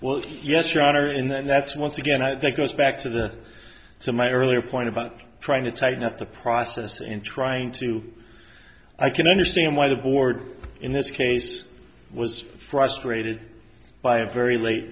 well yes your honor in that's once again that goes back to the so my earlier point about trying to tighten up the process in trying to i can understand why the board in this case was frustrated by a very late